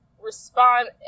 Respond